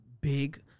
big